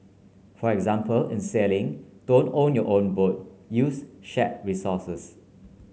for example in sailing don't own your own boat use shared resources